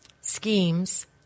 schemes